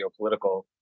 geopolitical